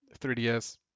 3DS